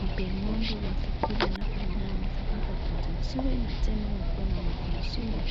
wapee ng'ombe wazikule halafu ng'ombe wanaeza pate ngozi nzuri na tena wakuwe na maziwa nzuri.